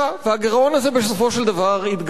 והגירעון הזה בסופו של דבר התגלה,